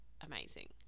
amazing